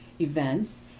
events